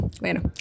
bueno